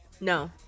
no